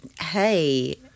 Hey